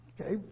Okay